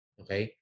okay